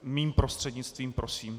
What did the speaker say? Mým prostřednictvím, prosím.